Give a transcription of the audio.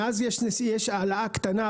מאז יש העלאה קטנה,